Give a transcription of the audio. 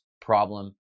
problem